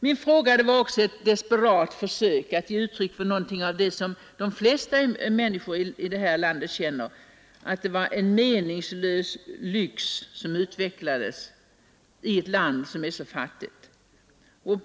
Min fråga var också ett desperat försök att ge uttryck för någonting av det som de flesta människor här i landet känner, nämligen att det var en meningslös lyx som utvecklades vid jubileumsfirandet i ett land som är så fattigt som Iran.